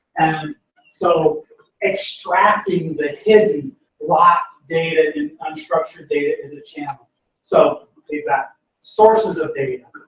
and so extracting the hidden locked data in unstructured data is a challenge. so we've got sources of data,